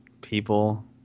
people